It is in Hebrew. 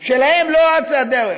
שלהם לא אצה הדרך.